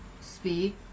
speak